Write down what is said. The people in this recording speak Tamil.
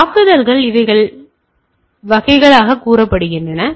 மேலும் தாக்குதல்களின் வகைகளையும் நாங்கள் கண்டிருக்கிறோம்